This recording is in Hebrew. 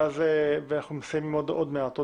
ואנחנו מסיימים עוד מעט,